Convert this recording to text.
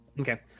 Okay